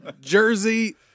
Jersey